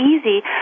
easy